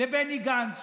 לבני גנץ,